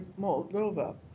Moldova